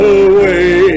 away